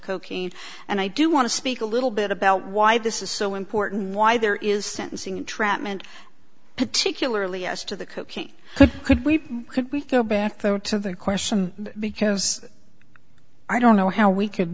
cocaine and i do want to speak a little bit about why this is so important why there is sentencing entrapment particularly as to the cocaine could we could we go back there to the question because i don't know how we could